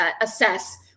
assess